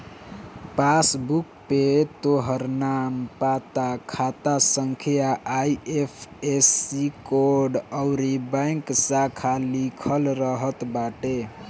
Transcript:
passbook पे तोहार नाम, पता, खाता संख्या, आई.एफ.एस.सी कोड अउरी बैंक शाखा लिखल रहत बाटे